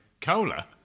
cola